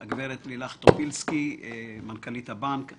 לגברת לילך טופילסקי, מנכ"לית הבנק.